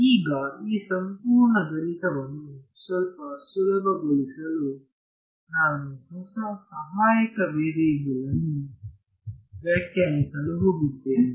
ಈಗ ಈ ಸಂಪೂರ್ಣ ಗಣಿತವನ್ನು ಸ್ವಲ್ಪ ಸುಲಭಗೊಳಿಸಲು ನಾನು ಹೊಸ ಸಹಾಯಕ ವೇರಿಯಬಲ್ ಅನ್ನು ವ್ಯಾಖ್ಯಾನಿಸಲು ಹೋಗುತ್ತೇನೆ